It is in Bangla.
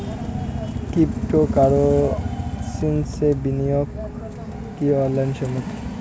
ক্রিপ্টোকারেন্সিতে বিনিয়োগ কি আইন সম্মত?